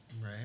right